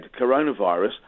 coronavirus